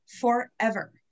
forever